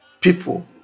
people